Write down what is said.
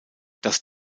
das